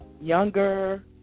younger